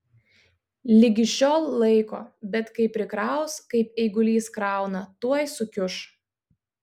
ligi šiol laiko bet kai prikraus kaip eigulys krauna tuoj sukiuš